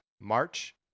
March